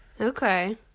Okay